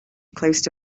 close